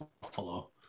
Buffalo